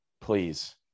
please